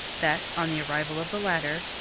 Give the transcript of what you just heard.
that, on the arrival of the latter,